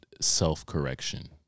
self-correction